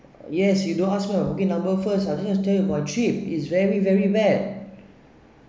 yes you don't for your booking number first tell you about a trip it's very very bad